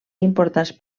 importants